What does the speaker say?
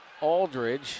Aldridge